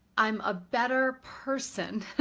i'm a better person